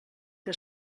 que